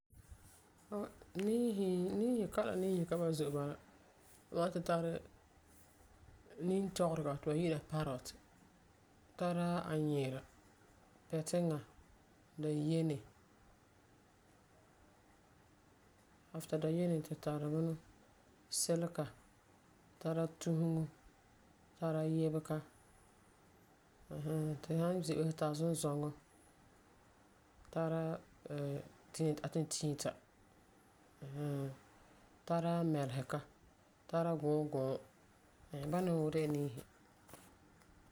Om, niisi, kalam niisi ka ba'am zo'e bala. Tu tari niintɔgerega ti ba yi'ira ti parrot. Tara anyiira, Pɛtiŋa, dayene. After dayene tu tari bunɔ silega, tara tuseŋo, tara yibega ɛɛn hɛɛn. Tu san ze'ele tu tari zunzoŋɔ. Tara tii atetiita ɛɛn hɛɛn. Tara mɛlesega, tara guuguu. Bana woo de la niisi.